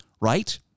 Right